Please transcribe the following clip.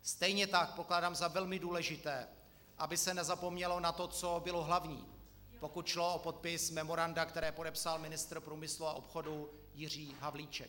Stejně tak pokládám za velmi důležité, aby se nezapomnělo na to, co bylo hlavní, pokud šlo o podpis memoranda, které podepsal ministr průmyslu a obchodu Jiří Havlíček.